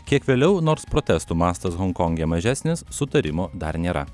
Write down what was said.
kiek vėliau nors protestų mastas honkonge mažesnis sutarimo dar nėra